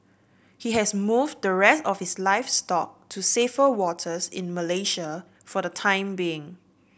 he has moved the rest of his livestock to safer waters in Malaysia for the time being